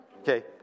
Okay